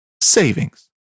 savings